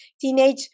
teenage